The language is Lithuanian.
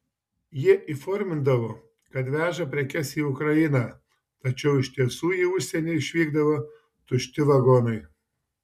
jie įformindavo kad veža prekes į ukrainą tačiau iš tiesų į užsienį išvykdavo tušti vagonai